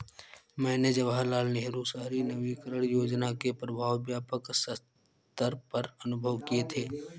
मैंने जवाहरलाल नेहरू शहरी नवीनकरण योजना के प्रभाव व्यापक सत्तर पर अनुभव किये थे